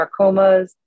sarcomas